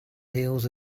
heels